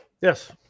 Yes